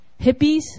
Hippies